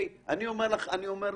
אני אומר לך, גברתי,